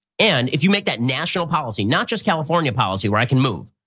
and if you make that national policy, not just california policy where i can move,